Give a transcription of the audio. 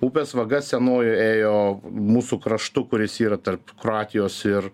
upės vaga senoji ėjo mūsų kraštu kuris yra tarp kroatijos ir